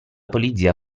polizia